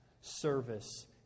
service